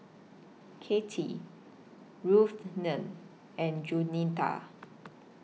Katie Ruthanne and Jaunita